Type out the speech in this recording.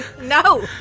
No